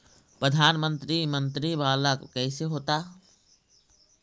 प्रधानमंत्री मंत्री वाला कैसे होता?